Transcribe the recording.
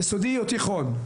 יסודי או תיכון,